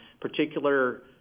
particular